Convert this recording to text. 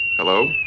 Hello